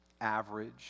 average